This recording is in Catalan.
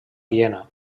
viena